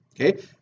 okay